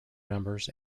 members